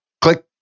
click